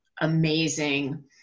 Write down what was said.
amazing